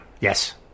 Yes